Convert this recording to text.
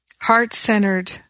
heart-centered